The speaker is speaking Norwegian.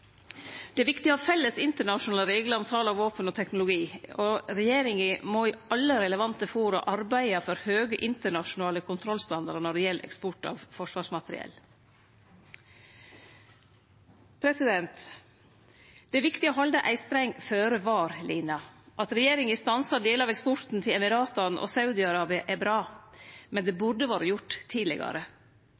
Det er viktig å ha felles internasjonale reglar om sal av våpen og teknologi. Regjeringa må i alle relevante forum arbeide for høge internasjonale kontrollstandardar når det gjeld eksport av forsvarsmateriell. Det er viktig å halde ei streng føre-var-line. At regjeringa stansa delar av eksporten til Dei sameinte arabiske emirata og Saudi-Arabia er bra, men det burde vore gjort tidlegare.